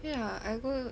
yeah I go